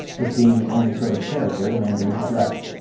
this being the only sort of character the mandarin had left.